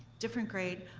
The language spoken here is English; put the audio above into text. different grade.